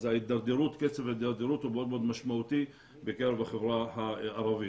אז קצב ההידרדרות הוא מאוד מאוד משמעותי בקרב החברה הערבית.